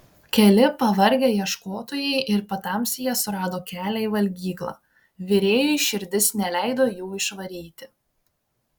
keli pavargę ieškotojai ir patamsyje surado kelią į valgyklą virėjui širdis neleido jų išvaryti